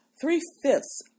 three-fifths